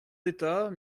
d’état